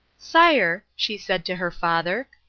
sire, she said to her father,